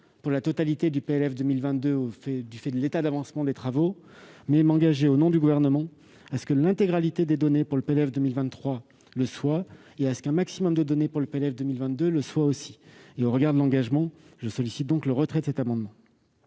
pour la totalité du PLF pour 2022, du fait de l'état d'avancement des travaux. En revanche, je m'engage, au nom du Gouvernement, à ce que l'intégralité des données pour le PLF pour 2023 soit transmise et à ce qu'un maximum de données pour le PLF pour 2022 le soit aussi. Au regard de cet engagement, je sollicite donc le retrait de cet amendement.